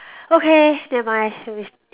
okay nevermind we